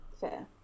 fair